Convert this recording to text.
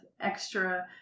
extra